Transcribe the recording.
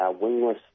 wingless